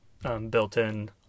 built-in